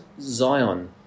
Zion